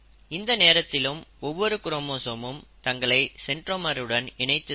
இந்த நேரத்திலும் ஒவ்வொரு குரோமோசோமும் தங்களை சென்ட்ரோமருடன் இணைத்து தான் இருக்கும்